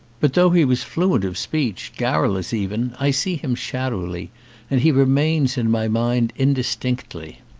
but though he was fluent of speech, garrulous even, i see him shadowly and he remains in my mind in distinctly.